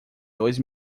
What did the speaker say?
dois